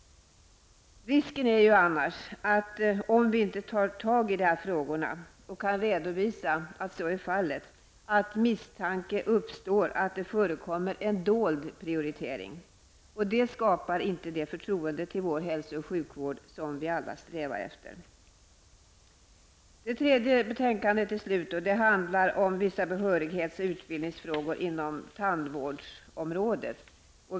Om vi inte tar tag i de här frågorna och redovisar förhållandena, är risken att misstanke uppstår om att det förekommer en dold prioritering. Det skapar inte det förtroende för vår hälso och sjukvård som vi alla strävar efter. Det tredje betänkandet handlar om vissa behörighets och utbildningsfrågor inom tandvårdsområdet.